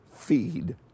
feed